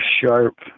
sharp